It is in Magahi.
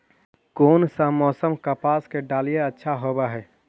कोन सा मोसम कपास के डालीय अच्छा होबहय?